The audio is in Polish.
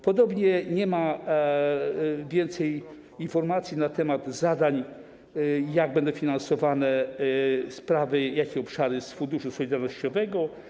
Podobnie nie ma więcej informacji na temat zadań, jak będą finansowane sprawy, jakie obszary - z Funduszu Solidarnościowego.